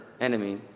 enemy